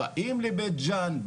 באים לבית ג'אן,